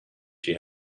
she